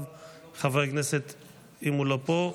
אם הוא לא פה,